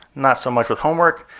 not so much with homework.